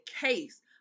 case